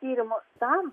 tyrimus tam